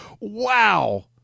Wow